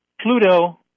Pluto